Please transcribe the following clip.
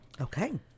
Okay